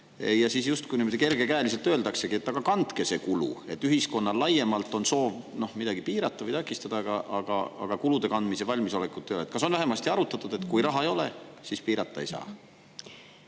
ja siis justkui kergekäeliselt öeldakse, et kandke see kulu. Ühiskonnal laiemalt on soov midagi piirata või takistada, aga kulude kandmise valmisolekut ei ole. Kas on vähemasti arutatud, et kui raha ei ole, siis piirata ei saa?